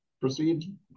proceed